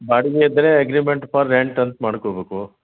ಬಾಡಿಗೆ ಇದ್ದರೆ agreement for rent ಅಂತ ಮಾಡ್ಕೊಬೇಕು